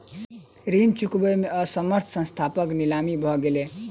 ऋण चुकबै में असमर्थ संस्थानक नीलामी भ गेलै